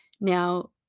Now